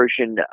version